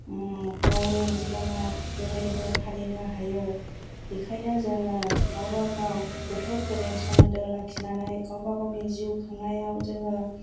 गावनि जिबनाव बेबायदिनो फालिनो हायो बिखायनो जोङो गावबा गाव बोथोरफोरजों सोमोन्दो लाखिनानै गावबा गावनि जिउ खुंनायाव जोङो